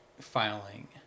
filing